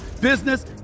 business